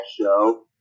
show